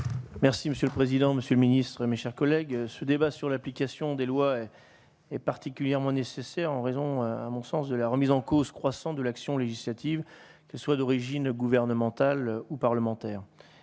Merci monsieur le président, monsieur le ministre, mes chers collègues, ce débat sur l'application des lois est particulièrement nécessaire en raison à mon sens de la remise en cause croissante de l'action législative que soit d'origine gouvernementale ou parlementaire,